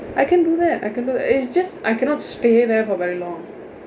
I can do that I can do that is just I cannot stay there for very long